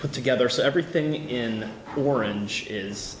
put together so everything in orange is